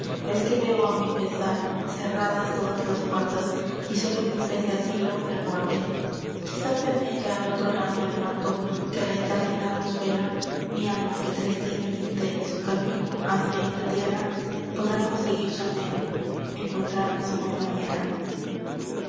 es que veo á mi pesar cerradas todas las puertas y sólo me ofrece asilo la muerte quizás en ella al otro lado del manto que la eternidad nos vela mi alma que triste y doliente su camino hace en la tierra podrá conseguir su anhelo encontrar su compañera